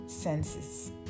senses